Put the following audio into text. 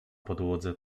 podłodze